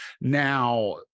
now